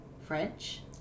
French